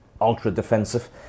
ultra-defensive